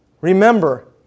Remember